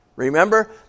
Remember